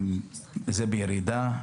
המספרים נמצאים בירידה.